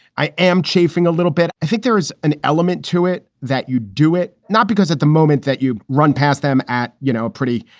i am chafing a little bit. i think there is an element to it that you do it, not because at the moment that you run past them at, you know, pretty,